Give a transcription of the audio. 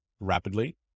rapidly